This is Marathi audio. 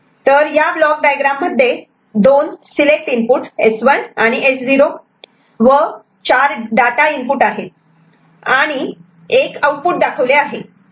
तर या ब्लॉक डायग्राम मध्ये 2 सिलेक्ट इनपुट S1 आणि S0 व 4 डाटा इनपुट आहे आणि 1 आउटपुट दाखवले आहे